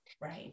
right